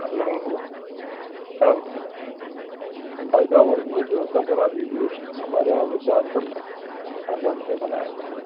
hello हाँ भाई साहब भाई साहब हम को एक व्यवस्था करा दीजिए हमारे यहाँ वृद्धाश्रम में आज बर्थडे मनाया जाएगा